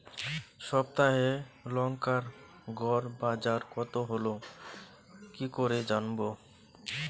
সপ্তাহে লংকার গড় বাজার কতো হলো কীকরে জানবো?